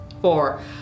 Four